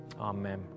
Amen